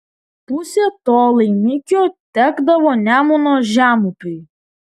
pusė to laimikio tekdavo nemuno žemupiui